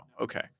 Okay